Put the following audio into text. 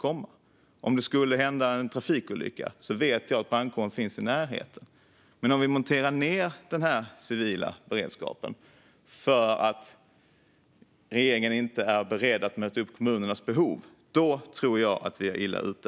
Om det skulle inträffa en trafikolycka ska man veta att brandkåren finns i närheten. Men om vi monterar ned den civila beredskapen för att regeringen inte är beredd att möta upp kommunernas behov tror jag att vi är illa ute.